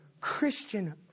Christian